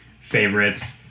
favorites